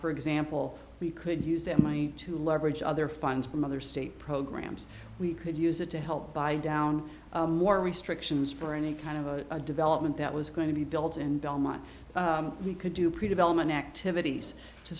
for example we could use that money to leverage other funds from other state programs we could use it to help buy down more restrictions for any kind of a development that was going to be built and done much we could do pre development activities to